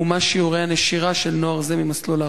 ומהם שיעורי הנשירה של נוער זה ממסלול ההכשרות?